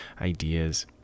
ideas